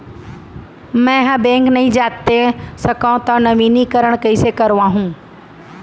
मैं ह बैंक नई जाथे सकंव त नवीनीकरण कइसे करवाहू?